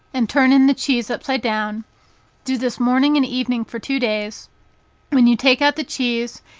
and turn in the cheese upside down do this morning and evening for two days when you take out the cheese,